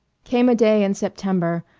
came a day in september,